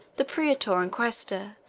the praetor and quaestor,